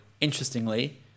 Interestingly